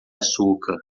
açúcar